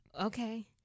okay